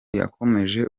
yakomeje